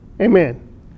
amen